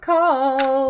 Call